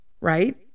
Right